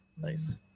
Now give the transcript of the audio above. Nice